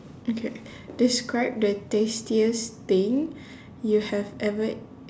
okay describe the tastiest thing you have ever